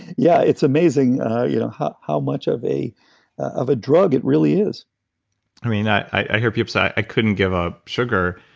yeah, it's amazing you know how how much of a of a drug it really is i mean, i hear people say, i couldn't give up sugar,